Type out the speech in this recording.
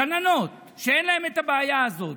גננות שאין להן הבעיה הזאת,